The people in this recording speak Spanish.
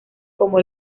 como